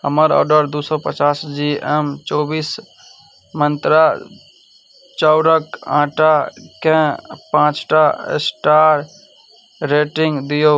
हमर ऑर्डर दू सओ पचास जी एम चौबीस मंत्रा चौरक आटाके पाँचटा स्टार रेटिंग दियौ